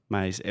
Mas